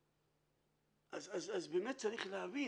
אז באמת צריך להבין